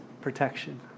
protection